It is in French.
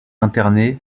interné